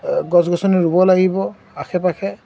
গছ গছনি ৰুব লাগিব আশে পাশে